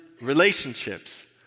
relationships